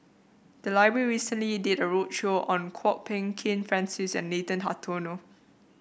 the library recently did a roadshow on Kwok Peng Kin Francis and Nathan Hartono